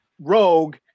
rogue